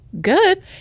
Good